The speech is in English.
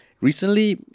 recently